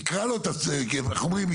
יקרא לו איך אומרים,